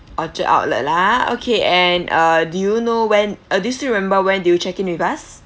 orchard outlet lah ah okay and uh do you know when uh do you still remember when did you check in with us